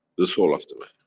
the soul of the man.